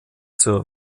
zur